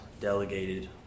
delegated